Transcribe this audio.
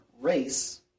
race